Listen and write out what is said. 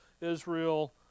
Israel